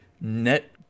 net